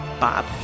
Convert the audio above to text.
Bob